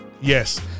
yes